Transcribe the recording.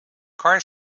kar